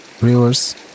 rivers